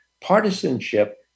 partisanship